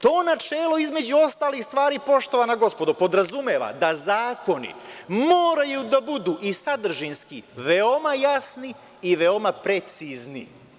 To načelo, između ostalih stvari, poštovana gospodo, podrazumeva da zakoni moraju da budu i sadržinski veoma jasni i veoma precizni.